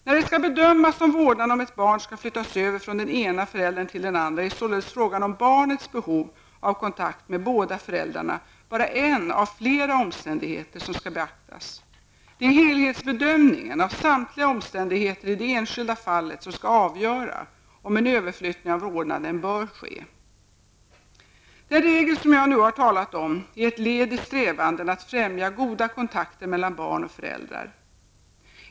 När det skall bedömas om vårdnaden om ett barn skall flyttas över från den ena föräldern till den andra är således frågan om barnets behov av kontakt med båda föräldrarna bara en av flera omständigheter som skall beaktas. Det är helhetsbedömningen av samtliga omständigheter i det enskilda fallet som skall avgöra om en överflyttning av vårdnaden bör ske. Den regel jag nu har talat om är ett led i strävandena att främja goda kontakter mellan barn och föräldrar.